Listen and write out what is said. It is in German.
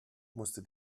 musste